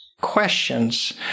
questions